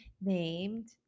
named